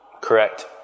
correct